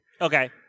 Okay